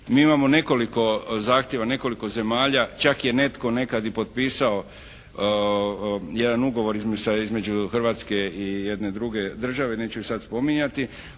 Mi imamo nekoliko zahtjeva, nekoliko zemalja. Čak je netko nekad i potpisao jedan ugovor između Hrvatske i jedne druge države. Neću ih sad spominjati